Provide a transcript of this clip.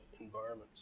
environments